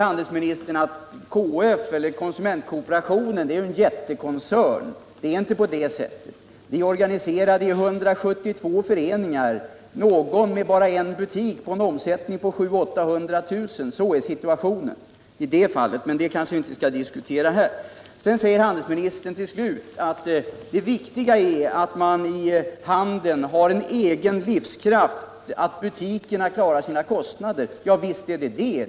Handelsministern säger att KF eller konsumentkooperationen är en jättekoncern. Det är inte på det sättet. Vi är organiserade i 172 föreningar, varav någon med bara en butik och en omsättning under miljonen. Sådan är situationen i det avseendet, men det kanske vi inte skall diskutera här. Till slut säger handelsministern att det viktiga är att man i handeln har en egen livskraft, att butikerna klarar sina kostnader. Javisst, det är riktigt.